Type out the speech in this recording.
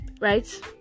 right